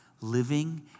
living